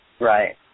Right